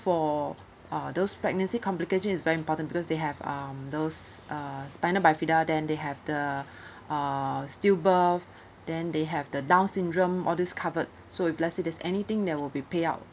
for uh those pregnancy complication is very important because they have um those uh spina bifida then they have the uh stillbirth then they have the down syndrome all these covered so if let's say there is anything there will be payout